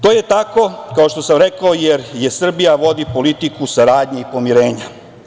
To je tako kao što sam rekao jer Srbija vodi politiku saradnje i pomirenja.